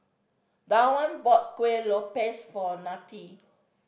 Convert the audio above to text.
Dawna bought Kuih Lopes for Nettie